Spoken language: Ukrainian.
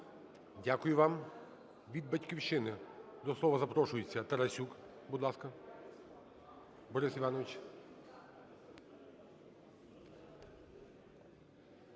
Дякую вам. Від "Батьківщини" до слова запрошується Тарасюк, будь ласка, Борис Іванович.